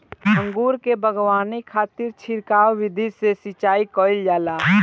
अंगूर के बगावानी खातिर छिड़काव विधि से सिंचाई कईल जाला